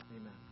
Amen